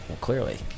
Clearly